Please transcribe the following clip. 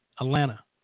Atlanta